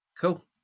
Cool